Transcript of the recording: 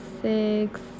six